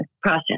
process